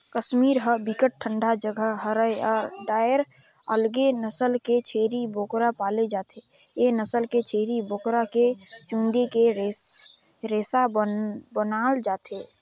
कस्मीर ह बिकट ठंडा जघा हरय ए डाहर अलगे नसल के छेरी बोकरा पाले जाथे, ए नसल के छेरी बोकरा के चूंदी के रेसा बनाल जाथे